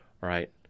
Right